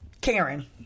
Karen